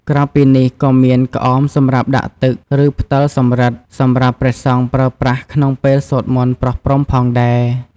ក្រៅពីនេះក៏មាន ក្អមសម្រាប់ដាក់ទឹក ឬផ្ដិលសំរឹទ្ធ សម្រាប់ព្រះសង្ឃប្រើប្រាស់ក្នុងពេលសូត្រមន្តប្រោះព្រំផងដែរ។